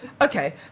okay